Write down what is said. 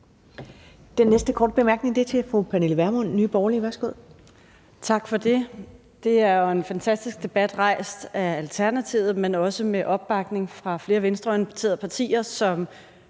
Den næste korte bemærkning er til fru Pernille Vermund, Nye Borgerlige. Værsgo. Kl. 11:33 Pernille Vermund (NB): Tak for det. Det er jo en fantastisk debat rejst af Alternativet, men også med opbakning fra flere venstreorienterede partier, som